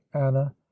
anna